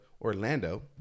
Orlando